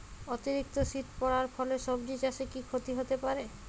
অতিরিক্ত শীত পরার ফলে সবজি চাষে কি ক্ষতি হতে পারে?